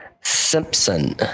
Simpson